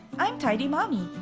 i'm tidy mommy!